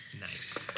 Nice